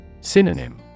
Synonym